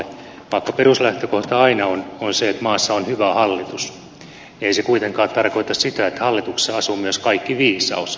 vaikka peruslähtökohta aina on se että maassa on hyvä hallitus ei se kuitenkaan tarkoita sitä että hallituksessa asuu myös kaikki viisaus